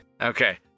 Okay